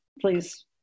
please